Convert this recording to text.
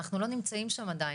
אנחנו לא נמצאים שם עדיין,